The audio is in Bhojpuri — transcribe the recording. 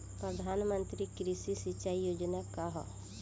प्रधानमंत्री कृषि सिंचाई योजना का ह?